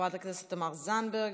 חברת הכנסת תמר זנדברג,